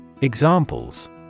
Examples